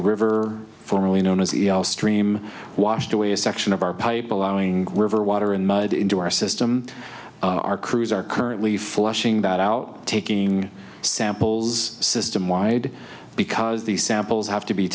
el stream washed away a section of our pipe allowing river water and mud into our system our crews are currently flushing that out taking samples system wide because these samples have to be